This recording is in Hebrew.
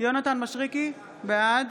יונתן מישרקי, בעד